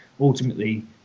ultimately